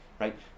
right